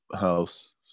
house